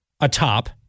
atop